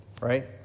right